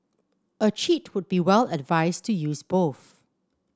a cheat would be well advised to use both